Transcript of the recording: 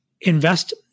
invest